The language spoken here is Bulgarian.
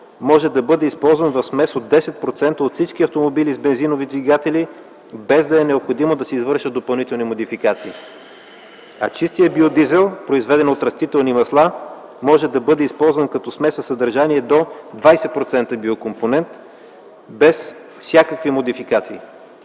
може да бъде използван в смес от 10% от всички автомобили с бензинови двигатели, без да е необходимо да се извършват допълнителни модификации, а чистият биодизел, произведен от растителни масла, може да бъде използван като смес със съдържание до 20% биокомпонент без всякакви модификации.